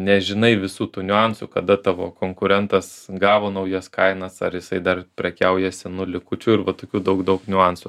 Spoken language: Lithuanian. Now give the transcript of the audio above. nežinai visų tų niuansų kada tavo konkurentas gavo naujas kainas ar jisai dar prekiauja senu likučiu ir va tokių daug daug niuansų